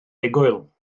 egwyl